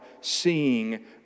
seeing